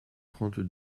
trente